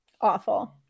Awful